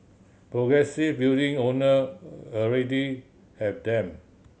progressive building owner already have them